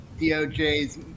DOJ's